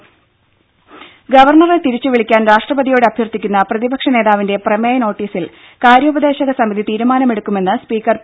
ടെടി speaker ഗവർണറെ തിരിച്ചുവിളിക്കാൻ രാഷ്ട്രപതിയോട് അഭ്യർത്ഥിക്കുന്ന പ്രതിപക്ഷ നേതാവിന്റെ പ്രമേയ നോട്ടീസിൽ കാര്യോപദേശക സമിതി തീരുമാനമെടുക്കുമെന്ന് സ്പീക്കർ പി